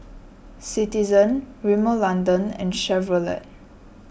Citizen Rimmel London and Chevrolet